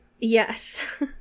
Yes